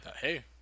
hey